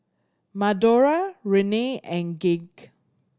Madora Renea and Gage